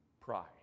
pride